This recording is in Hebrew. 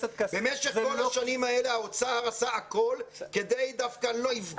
במשך כל השנים האלה האוצר עשה הכול כדי לפגוע,